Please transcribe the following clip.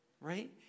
right